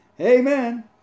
Amen